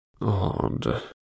odd